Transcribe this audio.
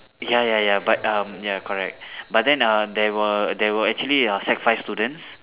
ya ya ya but um ya correct but then um there were there were actually uh sec five students